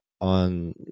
on